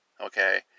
Okay